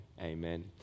Amen